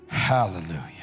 Hallelujah